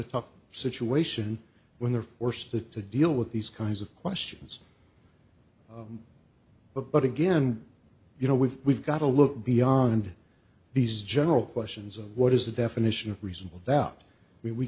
a tough situation when they're forced to to deal with these kinds of questions but but again you know we've we've got to look beyond these general questions of what is the definition of reasonable doubt